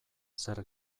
zer